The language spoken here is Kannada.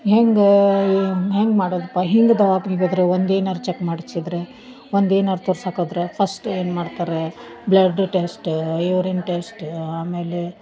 ಹೆಂಗೆ ಹೆಂಗೆ ಮಾಡೋದಪ್ಪ ಹಿಂಗೆ ದವಾಖಾನಿಗೆ ಹೋದರೆ ಒಂದೇನಾರು ಚೆಕ್ ಮಾಡ್ಸಿದ್ದರೆ ಒಂದೇನಾರ ತೋರ್ಸಕ್ಕೋದರೆ ಫರ್ಸ್ಟ್ ಏನು ಮಾಡ್ತಾರೆ ಬ್ಲಡ್ ಟೆಸ್ಟ್ ಯೂರಿನ್ ಟೆಸ್ಟ್ ಆಮೇಲೆ